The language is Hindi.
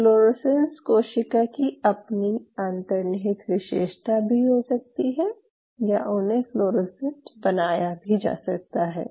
फ्लोरेसेंस कोशिका की अपनी अंतर्निहित विशेषता भी हो सकती है या उन्हें फ्लोरोसेंट बनाया भी जा सकता है